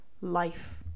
life